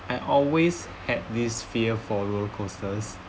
I always had this fear for roller coasters